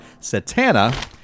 Satana